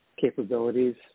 capabilities